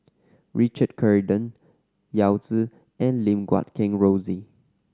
Richard Corridon Yao Zi and Lim Guat Kheng Rosie